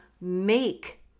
make